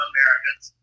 Americans